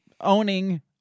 owning